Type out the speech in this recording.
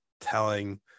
telling